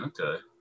Okay